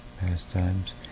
pastimes